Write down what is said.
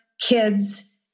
kids